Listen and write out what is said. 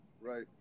right